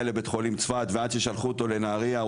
לבית חולים צפת ועד ששלחו אותו לנהריה,